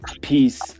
peace